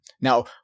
now